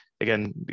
again